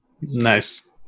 nice